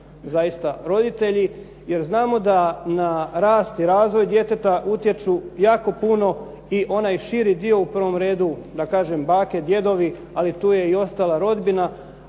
zaista roditelji, jer znamo da na rast i razvoj djeteta utječu jako puno i onaj širi dio u prvo redu da kažem bake, djedovi, ali tu je i ostala rodbina.